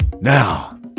Now